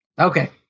Okay